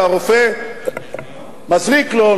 והרופא מזריק לו,